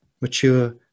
mature